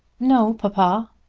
no, papa.